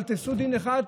אבל תעשו דין אחד,